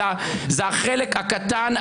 אלא זה החלק הקטן,